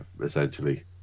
Essentially